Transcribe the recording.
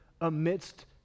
amidst